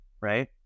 right